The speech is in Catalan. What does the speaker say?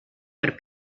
per